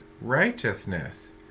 righteousness